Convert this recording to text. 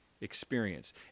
experience